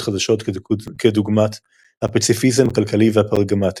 חדשות כדוגמת "הפציפיזם הכלכלי והפרגמטי"